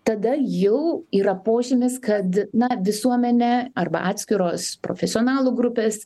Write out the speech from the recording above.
tada jau yra požymis kad na visuomenė arba atskiros profesionalų grupės